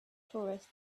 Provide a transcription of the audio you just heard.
tourists